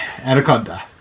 Anaconda